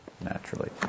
naturally